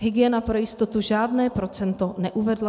Hygiena pro jistotu žádné procento neuvedla.